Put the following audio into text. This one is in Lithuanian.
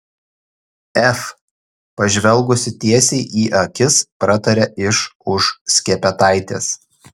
ef pažvelgusi tiesiai į akis pratarė iš už skepetaitės